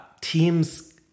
teams